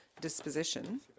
disposition